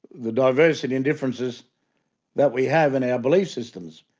the diversity and differences that we have in our belief systems.